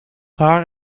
haar